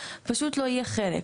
פשוט לא יהיה חלק.